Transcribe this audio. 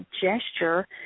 gesture